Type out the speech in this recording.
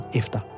efter